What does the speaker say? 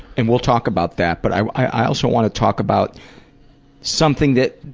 and we'll talk about that, but i i also want to talk about something that